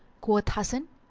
quoth hasan,